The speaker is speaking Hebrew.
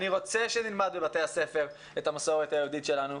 אני רוצה שנלמד בבתי הספר את המסורת היהודית שלנו.